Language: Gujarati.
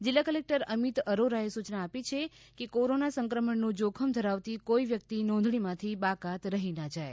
જિલ્લા કલેક્ટર અમિત અરોરાએ સૂચના આપી છે કે કોરોના સંક્રમણનું જોખમ ધરાવતી કોઈ વ્યક્તિ નોંધણીમાંથી બાકાત રહી ન જાય